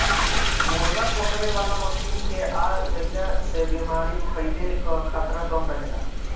मुर्गा पकड़े वाला मशीन के आ जईला से बेमारी फईले कअ खतरा कम रहेला